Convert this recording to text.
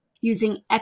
using